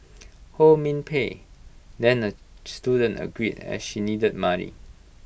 ho min Pei then A student agreed as she needed money